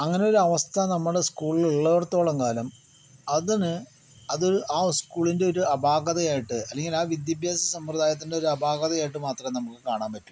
അങ്ങനെയൊരവസ്ഥ നമ്മുടെ സ്കൂളില് ഉള്ളിടത്തോളം കാലം അതിന് അത് ആ സ്കൂളിൻ്റെ ഒരു അപാകത ആയിട്ട് അല്ലെങ്കിൽ ആ വിദ്യാഭ്യാസ സമ്പ്രദായത്തിൻ്റെ അപാകത ആയിട്ട് മാത്രമേ നമുക്ക് കാണാൻ പറ്റുകയുള്ളൂ